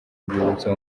urwibutso